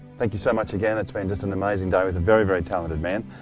thank you so much again, it's been just an amazing day with a very, very talented man.